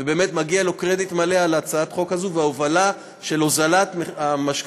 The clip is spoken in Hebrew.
באמת מגיע לו קרדיט מלא על הצעת החוק הזאת וההובלה של הוזלת המשכנתאות.